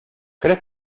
crees